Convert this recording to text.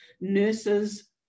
nurses